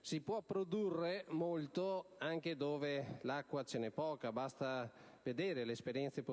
Si può produrre molto anche dove di acqua ce n'è poca: basta vedere le esperienze